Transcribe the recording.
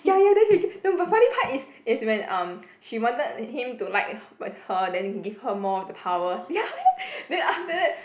ya ya then she but funny part is is when um she wanted him to like her but her and give her more of the powers ya then after that